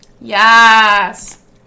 Yes